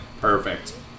perfect